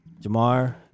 Jamar